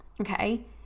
okay